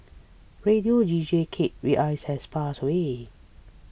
radio deejay Kate Reyes has passed away